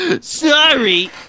Sorry